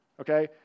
Okay